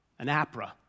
Anapra